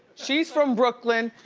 she's from brooklyn,